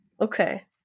Okay